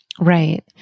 Right